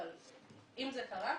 אבל אם זה קרה,